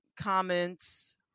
comments